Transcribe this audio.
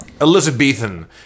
Elizabethan